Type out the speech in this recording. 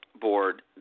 Board